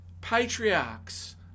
patriarchs